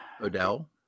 Odell